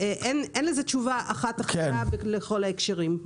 אין לזה תשובה אחת אחידה לכל ההקשרים.